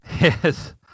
Yes